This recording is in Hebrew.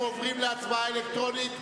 אנחנו עוברים להצבעה אלקטרונית,